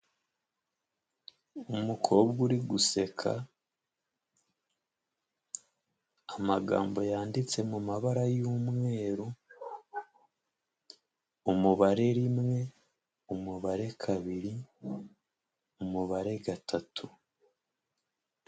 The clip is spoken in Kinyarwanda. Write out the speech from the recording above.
Umukobwa uri guseka, amagambo yanditse mu mabara y'umweru, umubare rimwe, umubare kabiri, umubare gatatu.